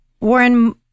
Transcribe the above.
Warren